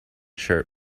shirt